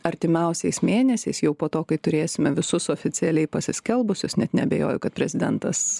artimiausiais mėnesiais jau po to kai turėsime visus oficialiai pasiskelbusius net neabejoju kad prezidentas